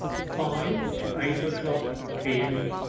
five to eight o'clock p m.